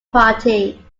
party